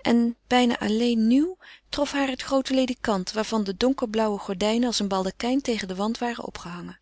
en bijna alleen nieuw trof haar het groote ledekant waarvan de donkerblauwe gordijnen als een baldakijn tegen den wand waren opgehangen